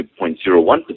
0.01%